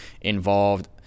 involved